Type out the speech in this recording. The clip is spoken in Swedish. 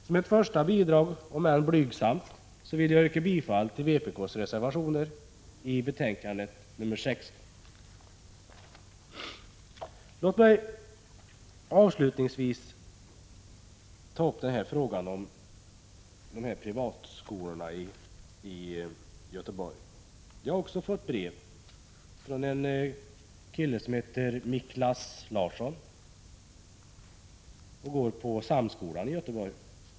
Som ett första bidrag, om än blygsamt, vill jag yrka bifall till vpk:s reservationer i betänkande nr 16. Låt mig avslutningsvis ta upp frågan om privatskolorna i Göteborg. Jag har fått ett brev från en kille som heter Miklas Larsson och som går på Samskolan i Göteborg.